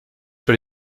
sur